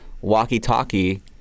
walkie-talkie